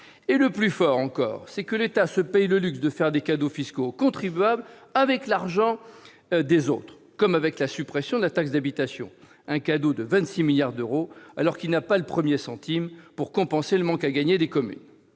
»! Plus fort encore, l'État se paye le luxe de faire des cadeaux fiscaux aux contribuables avec l'argent des autres, comme ce fut le cas pour la suppression de la taxe d'habitation, qui représente un cadeau de 26 milliards d'euros, alors qu'il n'a pas le premier centime pour compenser le manque à gagner des communes.